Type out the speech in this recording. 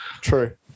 True